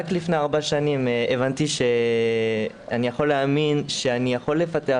רק לפני ארבע שנים הבנתי שאני יכול להאמין שאני יכול לפתח